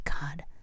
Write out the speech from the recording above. God